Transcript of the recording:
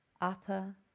upper